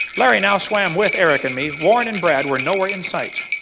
larry now swam with eric and me. warren and brad were no where in sight.